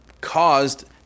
caused